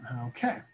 okay